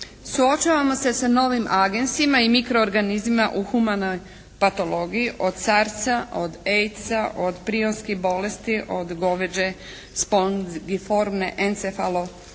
Suočavamo se sa novim agensima i mikroorganizmima u humanoj patologiji od sarsa, od AIDS-a, od trionskih bolelsti, od goveđe spondiformne encefalopatije,